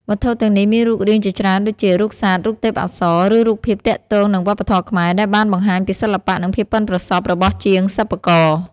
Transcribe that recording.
វត្ថុទាំងនេះមានរូបរាងជាច្រើនដូចជា រូបសត្វ រូបទេពអប្សរ ឬរូបភាពទាក់ទងនឹងវប្បធម៌ខ្មែរ ដែលបានបង្ហាញពីសិល្បៈនិងភាពប៉ិនប្រសប់របស់ជាងសិប្បករ។